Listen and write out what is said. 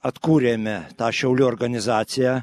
atkūrėme tą šiaulių organizaciją